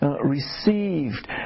received